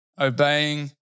obeying